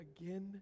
again